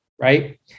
right